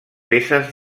peces